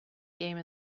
game